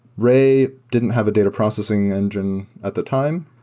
ray didn't have a data processing engine at the time.